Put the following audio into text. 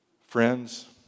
friends